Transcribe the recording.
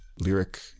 lyric